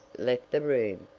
left the room.